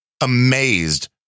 amazed